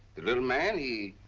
the little man he